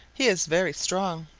he is very strong.